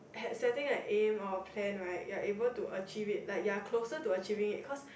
had setting a aim or plan right you're able to achieve it like your closer to achieving it cause